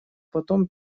потом